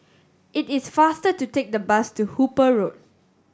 it is faster to take the bus to Hooper Road